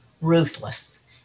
ruthless